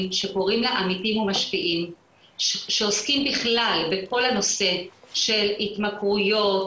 שקוראים לה עמיתים ומשפיעים שעוסקים בכלל הנושא של התמכרויות